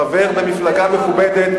חבר במפלגה מכובדת,